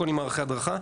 הכל עם מערכי הדרכה.